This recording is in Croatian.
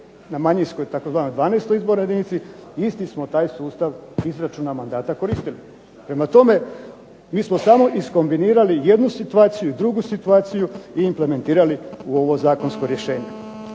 na manjinskoj tzv. 12 izbornoj jedinici. Isti smo taj sustav izračuna mandata koristili. Prema tome, mi smo samo iskombinirali jednu situaciju i drugu situaciju i implementirali u ovo zakonsko rješenje.